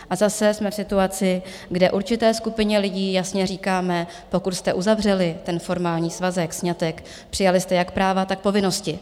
A zase jsme v situaci, kde určité skupině lidí jasně říkáme: Pokud jste uzavřeli formální svazek, sňatek, přijali jste jak práva, tak povinnosti.